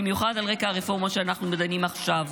במיוחד על רקע הרפורמה שאנחנו דנים בה עכשיו,